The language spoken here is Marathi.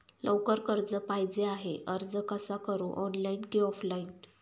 लवकर कर्ज पाहिजे आहे अर्ज कसा करु ऑनलाइन कि ऑफलाइन?